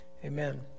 Amen